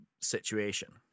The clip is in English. situation